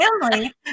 family